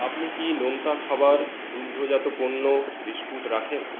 আপনি কি নোনতা খাবার দুগ্ধজাত পণ্য বিস্কুট রাখেন